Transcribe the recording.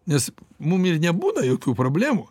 nes mum ir nebūna jokių problemų